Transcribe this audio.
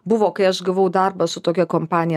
buvo kai aš gavau darbą su tokia kompanija